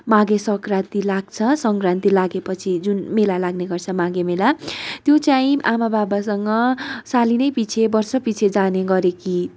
माघे सङ्क्रान्ति लाग्छ सङ्क्रान्ति लागेपछि जुन मेला लाग्ने गर्छ माघे मेला त्यो चाहिँ आमाबाबासँग सालेनैपिछे वर्षैपिछे जाने गरेकी